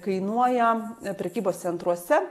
kainuoja prekybos centruose